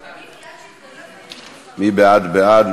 מי שבעד, בעד.